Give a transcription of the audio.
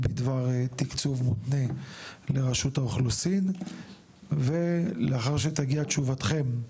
בדבר תקצוב מותנה לרשות האוכלוסין ולאחר שתגיע תשובתכם,